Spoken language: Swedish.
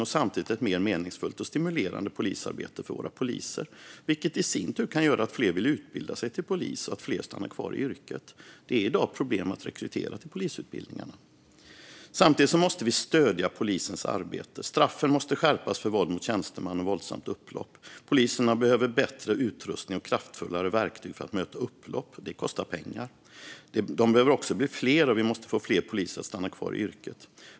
Det ger samtidigt ett mer meningsfullt och stimulerande polisarbete för våra poliser, vilket i sin tur kan göra att fler vill utbilda till polis och att fler stannar kvar i yrket. Det är i dag problem att rekrytera till polisutbildningen. Samtidigt måste vi stödja polisens arbete. Straffen måste skärpas för våld mot tjänsteman och våldsamt upplopp. Poliserna behöver bättre utrustning och kraftfullare verktyg för att möta upplopp. Det kostar pengar. De behöver också bli fler, och vi måste få fler poliser att stanna kvar i yrket.